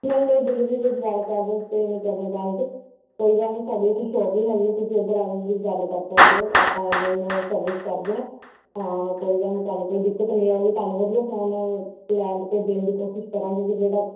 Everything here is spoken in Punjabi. ਨਹਂੀਂ ਨਹੀਂ ਡਿਲੀਵਰੀ ਦੇ ਜ਼ਿਆਦਾ ਚਾਰਜਿਸ ਪੇਅ ਨਹੀਂ ਕਰਨੇ ਪੈਣਗੇ ਕੋਈ ਗੱਲ ਨਹੀਂ ਸਾਡੀ ਇੱਥੇ ਸ਼ੋਪ ਵੀ ਹੈਗੀ ਹੈ ਤੁਸੀਂ ਉੱਧਰ ਆ ਕੇ ਵੀ ਗੱਲ ਕਰ ਸਕਦੇ ਹੋ ਆਪਾਂ ਔਨਲਾਈਨ ਸਰਵਿਸ ਕਰਦੇ ਹਾਂ ਤਾਂ ਕੋਈ ਗੱਲ ਨਹੀਂ ਤੁਹਾਨੂੰ ਕੋਈ ਦਿੱਕਤ ਨਹੀਂ ਆਊਗੀ ਤੁਹਾਨੂੰ ਵਧੀਆ ਫੋਨ ਦੇਣ ਦੀ ਕੋਸ਼ਿਸ਼ ਕਰਾਂਗੇ ਕਿ ਜਿਹੜਾ